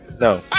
No